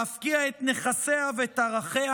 להפקיע את נכסיה ואת ערכיה,